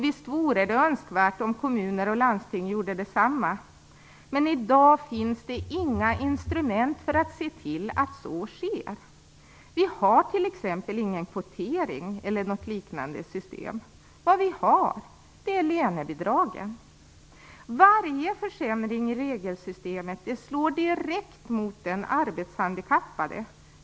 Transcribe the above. Visst vore det önskvärt att kommuner och landsting gjorde detsamma. Men i dag finns det inga instrument för att se till att så sker. Vi har t.ex. ingen kvotering eller något liknande system. Det vi har är lönebidragen. Varje försämring i regelsystemet slår direkt mot den arbetshandikappade.